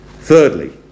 Thirdly